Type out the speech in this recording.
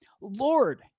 Lord